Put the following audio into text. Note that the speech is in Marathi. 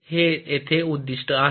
तर हे येथे उद्दीष्ट आहे